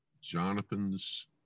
Jonathan's